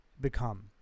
become